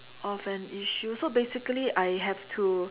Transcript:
of an issue so basically I have to